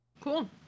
Cool